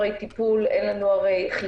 אין לנו הרי טיפול,